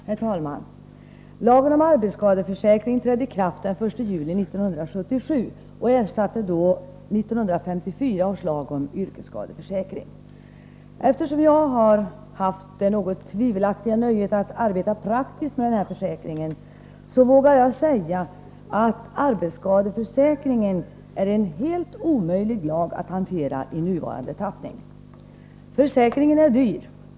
Herr talman! Lagen om arbetsskadeförsäkring trädde i kraft den 1 juli 1977. Den ersatte då 1954 års lag om yrkesskadeförsäkring. Eftersom jag har haft det något tvivelaktiga nöjet att arbeta praktiskt med arbetsskadeförsäkringen vågar jag säga att den i nuvarande tappning är en helt omöjlig lag att hantera. Försäkringen är dyr.